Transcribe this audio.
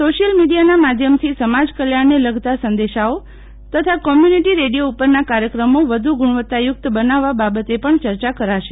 social મિડીયાના માધ્યમથી સમાજ કલ્યાણને લગતા સંદેશાઓ તથા કોમ્યુનીટી રેડિયો ઉપરના કાર્યક્રમો વધુ ગુણવત્તાયુક્ત બનાવવા બાબતે પણ ચર્ચા કરાશે